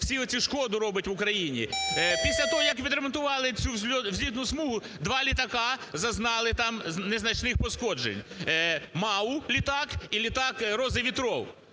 всю оцю шкоду робить в Україні? Після того, як відремонтували цю злітну смугу два літаки зазнали там незначних пошкоджень, МАУ літак і літак "РозыВетров".